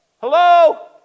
Hello